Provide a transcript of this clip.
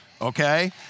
okay